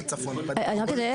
רק אדייק,